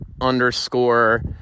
underscore